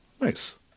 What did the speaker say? Nice